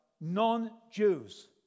non-Jews